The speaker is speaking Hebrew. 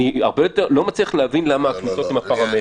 אני לא מצליח להבין למה הכניסות הן הפרמטר.